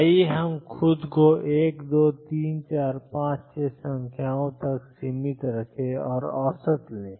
आइए हम खुद को 1 2 3 4 5 6 संख्याओं तक सीमित रखें और औसत लें